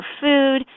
food